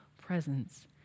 presence